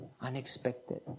unexpected